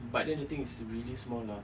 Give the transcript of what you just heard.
but then the thing is really small lah